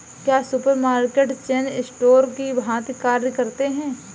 क्या supermarket chain store की भांति कार्य करते हैं?